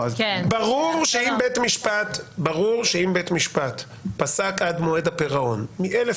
ברור שאם בית משפט פסק עד מועד הפירעון מ-1,000